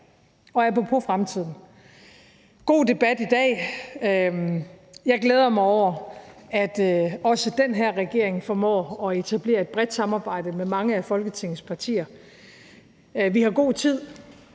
har været en god debat i dag. Jeg glæder mig over, at også den her regering formår at etablere et bredt samarbejde med mange af Folketingets partier. Vi har god tid